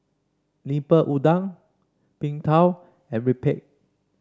Lemper Udang Png Tao and rempeyek